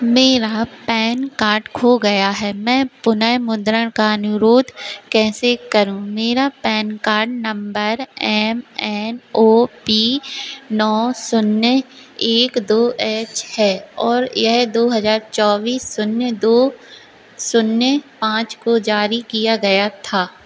मेरा PAN card खो गया है मैं पुनर्मुद्रण का अनुरोध कैसे करूं मेरा PAN card number M N O P नौ शून्य एक दो एच है और यह दो हजार चौबीस शून्य दो शून्य पाँच को जारी किया गया था